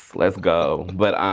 let's go. but